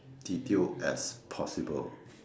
detail as possible